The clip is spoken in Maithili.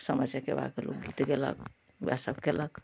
सामा चकेबाके लोक अथी कएलक वएहसब कएलक